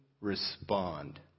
respond